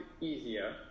easier